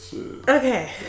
Okay